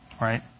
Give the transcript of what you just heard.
right